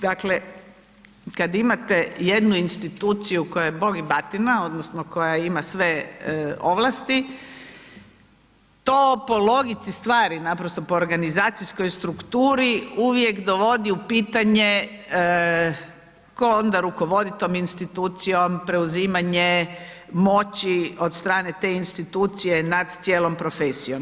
Dakle kad imate jednu instituciju koja je Bog i batina odnosno koja ima sve ovlasti, to po logici stvari, naprosto po organizacijskoj strukturi, uvijek dovodi u pitanje tko onda rukovodi tom institucijom, preuzimanje, moći od strane te institucije nad cijelom profesijom.